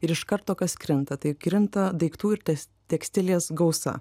ir iš karto kas krinta tai krinta daiktų ir tes tekstilės gausa